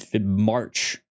March